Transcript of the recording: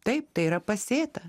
taip tai yra pasėta